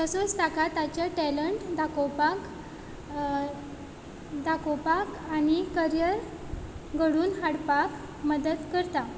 तसोच ताका ताचें टॅलंट दाखोवपाक दाखोवपाक आनी करियर घडून हाडपाक मदत करता